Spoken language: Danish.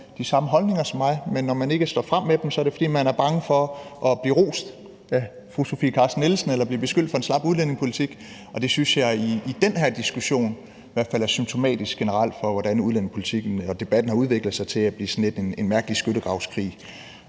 de samme holdninger som mig, men at det, når man ikke står frem med dem, så er, fordi man er bange for at blive rost af fru Sofie Carsten Nielsen eller blive beskyldt for en slap udlændingepolitik. Det synes jeg i hvert fald i den her diskussion generelt er symptomatisk for, hvordan udlændingedebatten sådan lidt har udviklet sig til at blive en mærkelig skyttegravskrig,